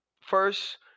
First